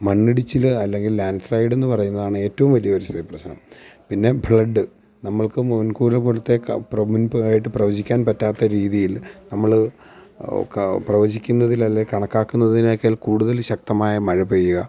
മണ്ണിടിച്ചില് അല്ലെങ്കിൽ landslide എന്ന് പറയുന്നതാണ് ഏറ്റവും വലിയ പരിസ്ഥിതി പ്രശ്നം പിന്നെ ഫ്ലഡ്ഡ് നമുക്ക് മുൻകൂർകൊടുത്ത് മുൻപായിട്ട് പ്രവചിക്കാൻ പറ്റാത്ത രീതിയിൽ നമ്മള് പ്രവചിക്കുന്നതിലല്ലേ കണക്കാക്കുന്നതിനേക്കാൾ കൂടുതൽ ശക്തമായ മഴ പെയ്യുക